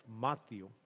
Matthew